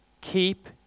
keep